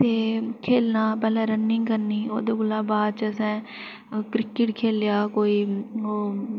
ते खेढना पैह्लें रन्निंग करनी ओह्दे कोला बाद च असें क्रिकेट खेढआ कोई ओह्